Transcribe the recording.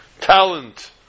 talent